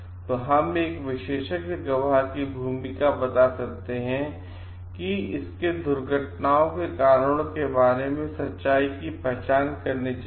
तो हम एक विशेषज्ञ गवाह की भूमिका बता सकते हैं कि इसके दुर्घटनाओं के कारणों के बारे में सच्चाई की पहचान करना चाहिए